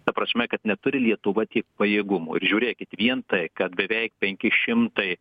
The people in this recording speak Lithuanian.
ta prasme kad neturi lietuva tiek pajėgumų ir žiūrėkit vien tai kad beveik penki šimtai